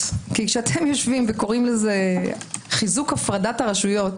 כי כשאתם יושבים וקוראים לזה חיזוק הפרדת הרשויות